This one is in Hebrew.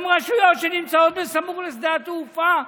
הן רשויות שנמצאות סמוך לשדה התעופה,